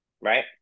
right